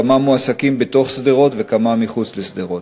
כמה מועסקים בתוך שדרות וכמה מחוץ לשדרות?